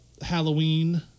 Halloween